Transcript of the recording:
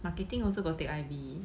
marketing also got take I_B